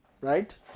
Right